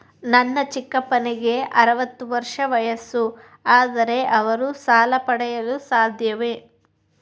ನನ್ನ ಚಿಕ್ಕಪ್ಪನಿಗೆ ಅರವತ್ತು ವರ್ಷ ವಯಸ್ಸು, ಆದರೆ ಅವರು ಸಾಲ ಪಡೆಯಲು ಸಾಧ್ಯವೇ?